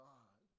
God